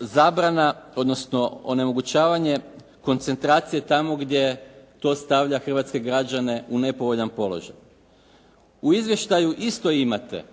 zabrana odnosno onemogućavanje koncentracije tamo gdje to stavlja hrvatske građane u nepovoljan položaj. U izvještaju isto imate